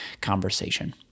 conversation